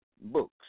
books